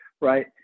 right